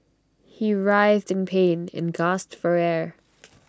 he writhed in pain and gasped for air